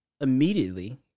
immediately